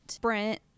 Brent